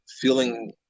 feeling